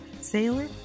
sailor